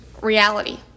reality